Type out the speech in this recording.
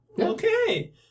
okay